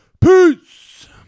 peace